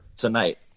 tonight